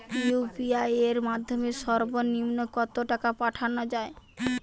UPI এর মাধ্যমে সর্ব নিম্ন কত টাকা পাঠানো য়ায়?